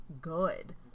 good